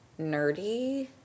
nerdy